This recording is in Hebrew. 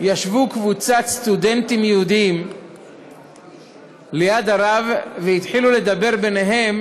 ישבה קבוצת סטודנטים יהודים ליד הרב והתחילו לדבר ביניהם